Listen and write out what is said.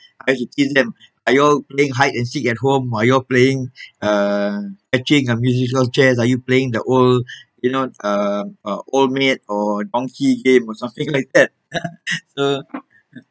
I used to tease them are you all playing hide and seek at home or are you all playing uh touching a musical chairs are you playing the old you know um uh old maid or donkey game or something like that so